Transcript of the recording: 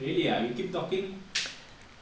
really ah you keep talking